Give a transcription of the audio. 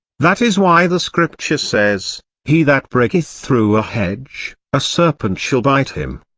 that is why the scripture says, he that breaketh through a hedge, a serpent shall bite him.